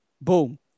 Boom